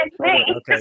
Okay